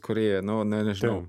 korėja nu ne nežinau